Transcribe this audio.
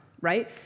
right